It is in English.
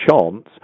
chance